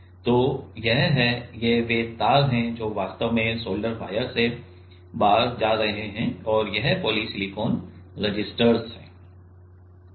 तो यह हैं ये वे तार हैं जो वास्तव में सोल्डर वायर से बाहर जा रहे हैं और ये पॉली सिलिकॉन रेसिस्टर्स हैं